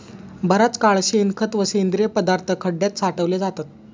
बराच काळ शेणखत व सेंद्रिय पदार्थ खड्यात साठवले जातात